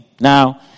Now